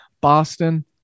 Boston